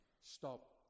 stop